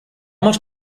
much